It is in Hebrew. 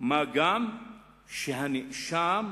מה גם שהנאשם